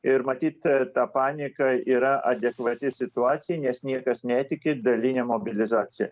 ir matyt ta panika yra adekvati situacijai nes niekas netiki daline mobilizacija